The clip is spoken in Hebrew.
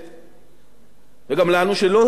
וגם לנו שלא יבוא לכאן פעם חמישית,